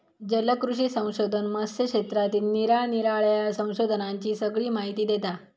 जलकृषी संशोधन मत्स्य क्षेत्रातील निरानिराळ्या संशोधनांची सगळी माहिती देता